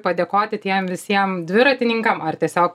padėkoti tiem visiem dviratininkam ar tiesiog